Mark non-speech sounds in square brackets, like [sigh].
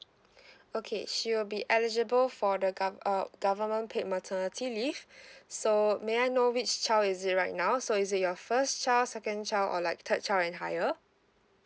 [breath] okay she will be eligible for the gov~ uh government paid maternity leave [breath] so may I know which child is it right now so is it your first child second child or like third child and higher